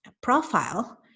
profile